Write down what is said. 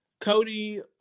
cody